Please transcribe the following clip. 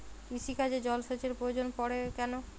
কৃষিকাজে জলসেচের প্রয়োজন পড়ে কেন?